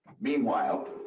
Meanwhile